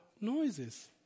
noises